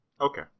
Okay